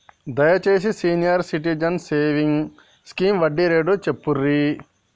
దయచేసి senior citizens savings scheme వడ్డీ rate చెప్పుర్రి